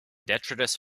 detritus